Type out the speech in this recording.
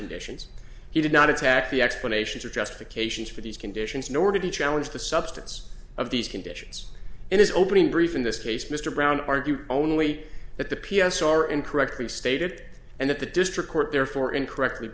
conditions he did not attack the explanations or justification for these conditions nor to challenge the substance of these conditions in his opening brief in this case mr brown argued only that the p s r incorrectly stated and that the district court therefore incorrectly